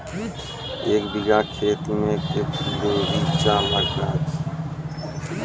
एक बीघा खेत मे के किलो रिचा लागत?